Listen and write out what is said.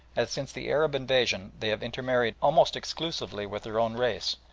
as since the arab invasion they have intermarried almost exclusively with their own race,